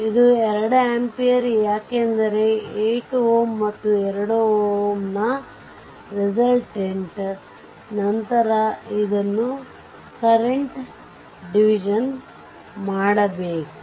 ಇದು 2 ಆಂಪಿಯರ್ ಯಾಕೆಂದರೆ 8 Ω ಮತ್ತು 2 Ω ನ ರಿಸಲ್ಟೆಂಟ್ ನಂತರ ಇದನ್ನು ಕರೆಂಟ್ ಡಿವಿಷನ್ ಮಾಡಬೇಕು